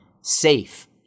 safe